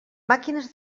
màquines